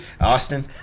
austin